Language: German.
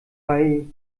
bei